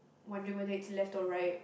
wondering whether it's left or right